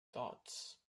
dots